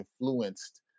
influenced